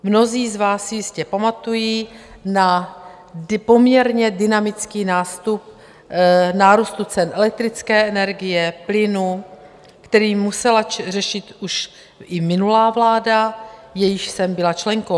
Mnozí z vás si jistě pamatují na poměrně dynamický nástup nárůstu cen elektrické energie, plynu, který musela řešit už i minulá vláda, jejíž jsem byla členkou.